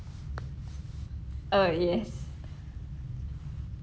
uh yes